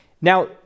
Now